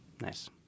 Nice